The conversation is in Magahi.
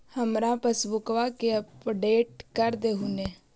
हमार पासबुकवा के अपडेट कर देहु ने?